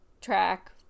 track